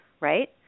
right